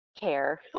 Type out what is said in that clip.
care